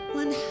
one